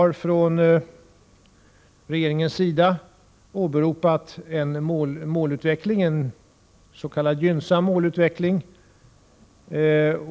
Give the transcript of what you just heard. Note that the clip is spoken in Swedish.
Regeringen har åberopat en s.k. gynnsam målutveckling.